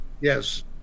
yes